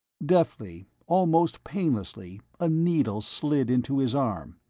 deftly, almost painlessly, a needle slid into his arm.